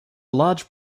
large